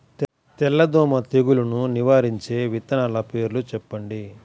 తెల్లదోమ తెగులును నివారించే విత్తనాల పేర్లు చెప్పండి?